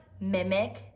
mimic